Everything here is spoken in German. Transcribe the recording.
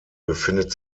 befindet